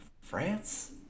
France